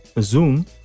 Zoom